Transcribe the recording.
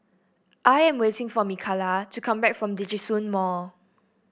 I am waiting for Mikalah to come back from Djitsun Mall